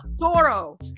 Toro